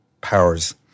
powers